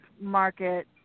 market